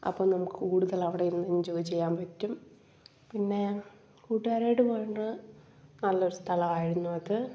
അപ്പം നമുക്ക് കൂടുതൽ അവിടെ ഇരുന്നു എൻജോയ് ചെയ്യാമ്പാറ്റും പിന്നെ കൂട്ടുകാരായിട്ട് പോയോണ്ട് നല്ലൊരു സ്ഥലമായിരുന്നു അത്